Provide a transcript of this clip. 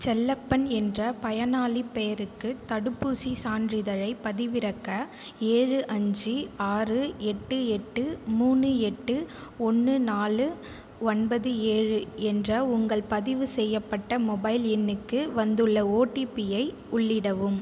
செல்லப்பன் என்ற பயனாளிப் பெயருக்கு தடுப்பூசிச் சான்றிதழைப் பதிவிறக்க ஏழு அஞ்சு ஆறு எட்டு எட்டு மூணு எட்டு ஒன்று நாலு ஒன்பது ஏழு என்ற உங்கள் பதிவு செய்யப்பட்ட மொபைல் எண்ணுக்கு வந்துள்ள ஓடிபிஐ உள்ளிடவும்